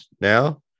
now